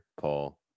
Paul